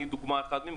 אני לדוגמה אחד מהם.